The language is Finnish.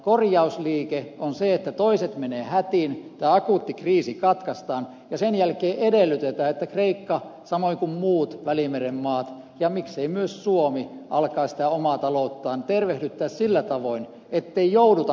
korjausliike on se että toiset menevät hätiin tämä akuutti kriisi katkaistaan ja sen jälkeen edellytetään että kreikka samoin kuin muut välimeren maat ja miksei myös suomi alkavat omaa talouttaan tervehdyttää sillä tavoin ettei jouduta